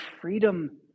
freedom